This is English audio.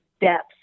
depth